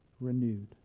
renewed